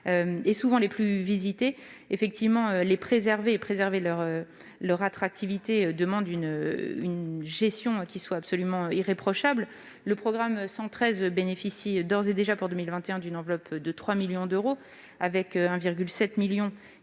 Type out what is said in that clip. -et souvent les plus visités. Les préserver, et préserver leur attractivité demande une gestion absolument irréprochable. Le programme 113 bénéficie d'ores et déjà pour 2021 d'une enveloppe de 3 millions d'euros, dont 1,7 million est